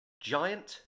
Giant